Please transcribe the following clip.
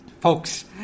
Folks